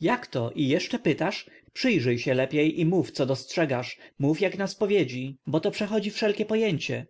jakto i jeszcze pytasz przyjrzyj się lepij i mów co dostrzegasz mów jak na spowiedzi bo to przechodzi wszelkie pojęcie